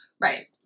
Right